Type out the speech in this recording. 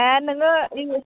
एह नोङो इ